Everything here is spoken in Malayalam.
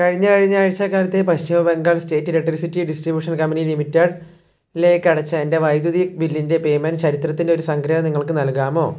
കഴിഞ്ഞ ആഴ്ച്ച കാലത്തെ Paschima Bengal state electricity distribution company limited ലേക്ക് അടച്ച എൻ്റെ വൈദ്യുതി ബില്ലിൻ്റെ പേമെൻറ്റ് ചരിത്രത്തിൻ്റെ ഒരു സംഗ്രഹം നിങ്ങൾക്ക് നൽകാമോ